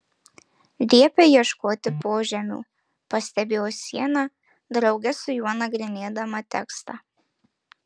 liepia ieškoti požemių pastebėjo siena drauge su juo nagrinėdama tekstą